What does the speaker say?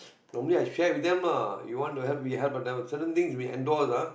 normally I share with them lah you want to help me help them certain thing we handle lah